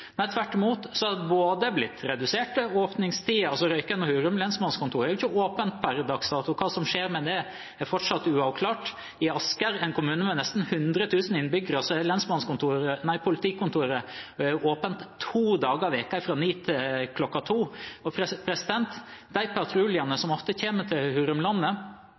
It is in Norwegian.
Tvert imot er det blitt reduserte åpningstider. Røyken og Hurum lensmannskontor er ikke åpent per dags dato, og hva som skjer med det, er fortsatt uavklart. I Asker, en kommune med nesten 100 000 innbyggere, er politikontoret åpent to dager i uken fra kl. 09 til kl. 14. De patruljene som nå betjener Hurumlandet, får vi beskjed om mangler lokalkunnskap. De kommer enten fra Sandvika eller til